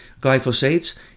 glyphosates